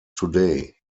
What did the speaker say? today